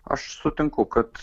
aš sutinku kad